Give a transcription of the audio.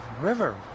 river